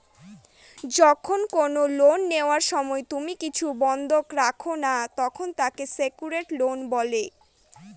যখন কোনো লোন নেওয়ার সময় তুমি কিছু বন্ধক রাখো না, তখন তাকে সেক্যুরড লোন বলে